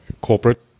corporate